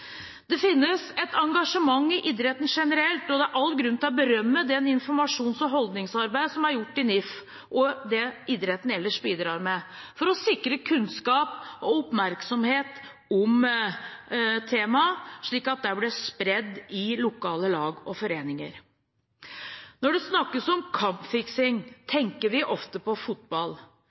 Det finnes et engasjement i idretten generelt, og det er all grunn til å berømme det informasjons- og holdningsarbeidet som er gjort i NIF, og det idretten ellers bidrar med, for å sikre kunnskap og oppmerksomhet om temaet, sånn at det blir spredd i lokale lag og foreninger. Når det snakkes om kampfiksing, tenker vi ofte på fotball.